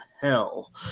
hell